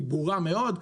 היא ברורה מאוד,